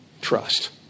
trust